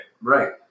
Right